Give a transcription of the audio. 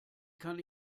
kann